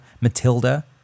Matilda